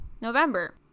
november